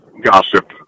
gossip